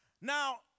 Now